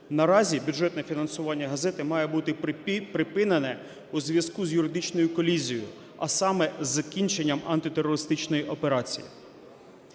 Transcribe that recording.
Наразі бюджетне фінансування газети має бути припинене у зв'язку з юридичною колізією, а саме: із закінченням антитерористичної операції.